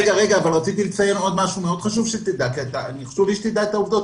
חשוב לי שתדע את העובדות,